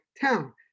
town